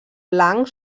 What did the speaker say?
blanc